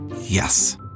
Yes